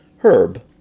Herb